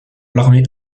l’armée